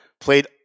played